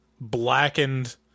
blackened